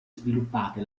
sviluppate